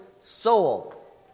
Soul